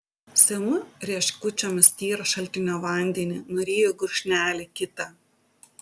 semiu rieškučiomis tyrą šaltinio vandenį nuryju gurkšnelį kitą